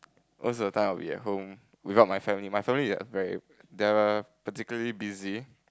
most of the time I will be at home without my family my family is very they are particularly busy